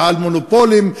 ועל מונופולים,